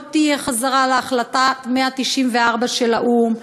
לא תהיה חזרה על החלטה 194 של האו"ם.